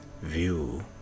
view